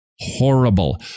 Horrible